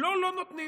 לו לא נותנים.